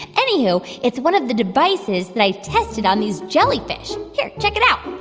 anyhoo, it's one of the devices that i've tested on these jellyfish. here check it out.